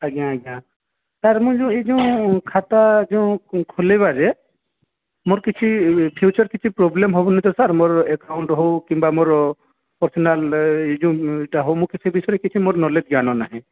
ଆଜ୍ଞା ଆଜ୍ଞା ସାର୍ ମୁଁ ଯୋଉ ଏ ଯୋଉ ମୁଁ ଖାତା ଯୋଉ ଖୋଲିବାରେ ମୋର କିଛି ଫ୍ୟୁଚର୍ କିଛି ପ୍ରୋବ୍ଲେମ୍ ହେବନି ତ ସାର୍ ମୋର ଆକାଉଣ୍ଟ୍ ହେଉ କିମ୍ବା ମୋର ପର୍ଶନାଲ୍ ଏ ଯୋଉ ଲୋନ୍ଟା ମୁଁ କିଛି ସେ ବିଷୟରେ କିଛି ମୋର କ୍ନୋଲେଜ୍ ଜ୍ଞାନ ନାହିଁ